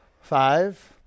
Five